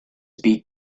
beak